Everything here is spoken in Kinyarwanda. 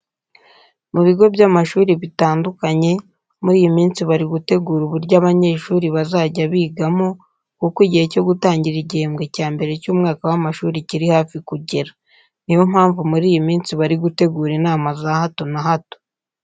Mu bigo by'amashuri bitandukanye muri iyi minsi bari gutegura uburyo abanyeshuri bazajya bigamo kuko igihe cyo gutangira igihembwe cya mbere cy'umwaka w'amashuri kiri hafi kugera. Niyo mpamvu muri iyi minsi bari gutegura inama za hato na hato.